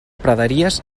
praderies